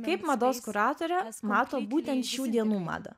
kaip mados kuratorė mato būtent šių dienų madą